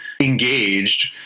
engaged